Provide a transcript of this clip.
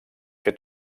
fer